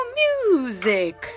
music